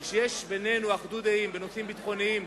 אבל כשיש בינינו אחדות דעים בנושאים ביטחוניים,